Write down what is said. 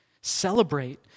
Celebrate